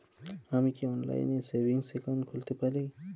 আমি কি অনলাইন এ সেভিংস অ্যাকাউন্ট খুলতে পারি?